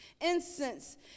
Incense